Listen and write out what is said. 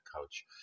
coach